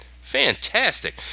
fantastic